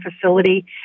facility